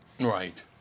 Right